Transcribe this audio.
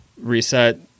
reset